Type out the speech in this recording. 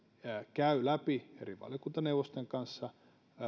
käy läpi eri valiokuntaneuvosten kanssa